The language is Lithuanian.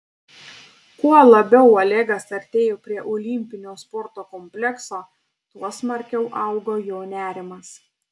kuo labiau olegas artėjo prie olimpinio sporto komplekso tuo smarkiau augo jo nerimas